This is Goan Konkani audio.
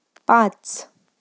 पांच